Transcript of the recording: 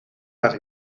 más